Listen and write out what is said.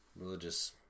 Religious